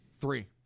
Three